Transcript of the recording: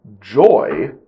joy